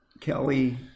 Kelly